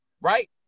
right